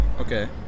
Okay